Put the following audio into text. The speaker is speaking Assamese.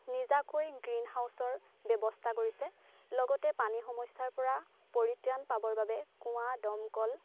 নিজাকৈ গ্ৰীণ হাউচৰ ব্যৱস্থা কৰিছে লগতে পানীৰ সমস্যাৰ পৰা পৰিত্ৰাণ পাবৰ বাবে কুঁৱা দমকল